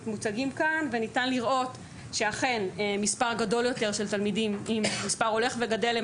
ניתן לראות שאכן מספר הולך וגדל של